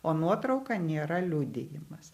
o nuotrauka nėra liudijimas